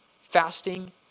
fasting